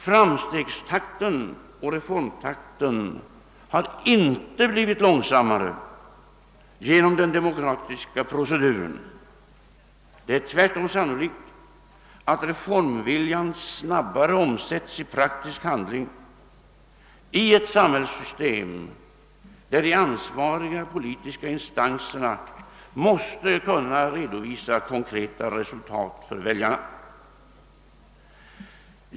Framstegstakten och reformtakten har inte blivit långsammare genom den demokratiska proceduren. Det är tvärtom sanmolikt att reformviljan snabbare omsätts i praktisk handling i ett samhällssystem där de ansvariga politiska instanserna måste kunna redovisa konkreta resultat för väljarna.